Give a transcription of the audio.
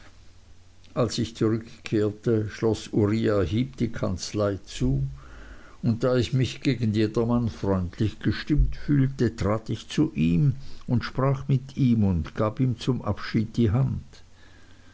als ich zurückkehrte schloß uriah heep die kanzlei zu und da ich mich gegen jedermann freundlich gestimmt fühlte trat ich zu ihm und sprach mit ihm und gab ihm zum abschied die hand